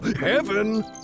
heaven